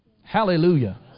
Hallelujah